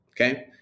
Okay